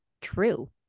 true